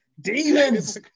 Demons